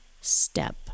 step